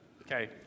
Okay